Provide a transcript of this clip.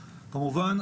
כמובן,